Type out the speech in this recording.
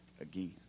again